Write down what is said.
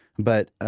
but, ah